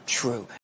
true